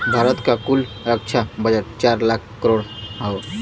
भारत क कुल रक्षा बजट चार लाख करोड़ हौ